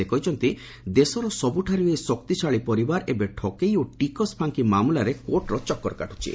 ସେ କହିଛନ୍ତି ଦେଶର ସବୁଠାରୁ ଏହି ଶକ୍ତିଶାଳୀ ପରିବାର ଏବେ ଠକେଇ ଓ ଟିକସ ଫାଙ୍କି ମାମଲାରେ କୋର୍ଟର ଚକର କାଟ୍ରିଛି